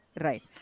right